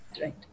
right